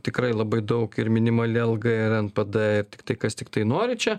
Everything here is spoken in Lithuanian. tikrai labai daug ir minimali alga ir npd tiktai kas tiktai nori čia